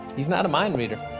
he's not a mind reader.